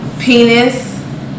penis